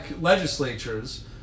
legislatures